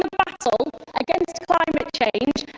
ah battle against climate change